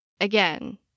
Again